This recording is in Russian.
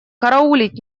караулить